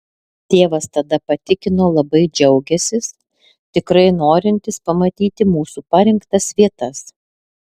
tėvas tada patikino labai džiaugiąsis tikrai norintis pamatyti mūsų parinktas vietas